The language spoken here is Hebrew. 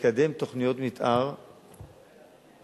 לקדם תוכניות מיתאר ביישובים,